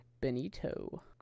Benito